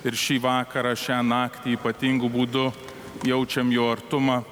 ir šį vakarą šią naktį ypatingu būdu jaučiam jo artumą